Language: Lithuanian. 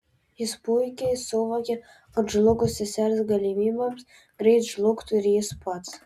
jis puikiai suvokė kad žlugus sesers galimybėms greit žlugtų ir jis pats